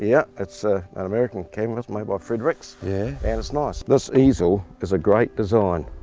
yeah. it's ah an american canvas, made by fredericks. yeah. and it's nice. this easel is a great design.